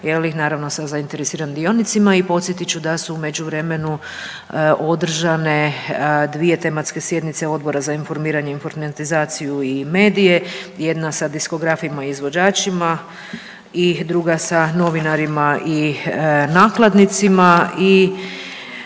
je li naravno sa zainteresiranim dionicima. I podsjetit ću da su u međuvremenu održane dvije tematske sjednice Odbora za informiranje i informatizaciju i medije. Jedna sa diskografima i izvođačima i druga sa novinarima i nakladnicima.